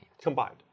Combined